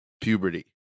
puberty